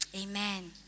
Amen